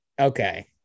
Okay